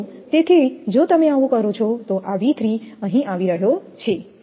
તેથી જો તમે આવું કરો છો તો આ V3 અહીં આવી રહ્યો છે